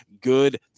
good